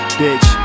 bitch